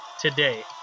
today